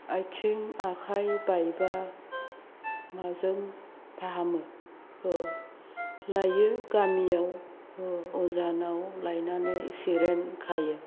आथिं आखाइ बायब्ला माजों फाहामो लायो गामियाव अजानाव लायनानै सेरेन खायो